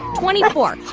twenty four.